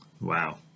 Wow